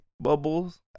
bubbles